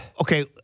Okay